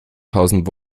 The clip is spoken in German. tausend